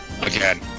Again